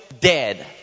dead